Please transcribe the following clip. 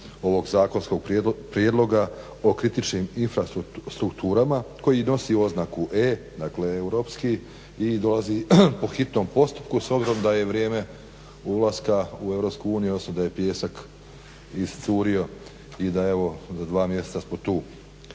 ovog zakonskog prijedloga o kritičnim infrastrukturama koji nosi oznaku E, dakle europski i dolazi po hitnom postupku s obzirom da je vrijeme ulaska u EU, odnosno da je pijesak iscurio i da evo, za 2 mjeseca smo tu.